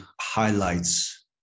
highlights